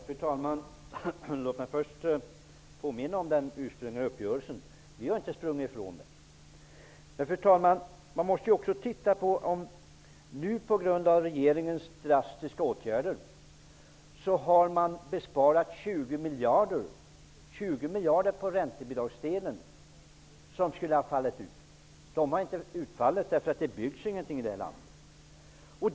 Fru talman! Låt mig först påminna om den ursprungliga uppgörelsen. Vi har inte sprungit ifrån den. Fru talman! På grund av regeringens drastiska åtgärder har 20 miljarder sparats som skulle ha fallit ut på räntebidragsdelen. De har inte utfallit, eftersom ingenting byggs här i landet.